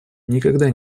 никогда